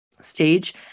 stage